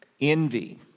envy